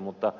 mutta